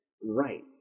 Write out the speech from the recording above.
Right